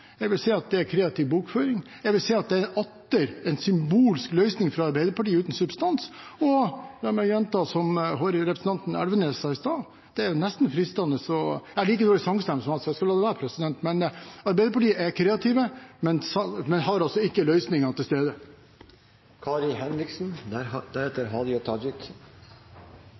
Jeg vil si at det er kreativ bokføring. Jeg vil si at det er atter en symbolsk løsning fra Arbeiderpartiet uten substans. La meg gjenta det som representanten Elvenes sa i stad – det er nesten fristende å gjøre som ham, men jeg har like dårlig sangstemme, så jeg skal la det være – Arbeiderpartiet er kreative, men løsningene er altså ikke til stede.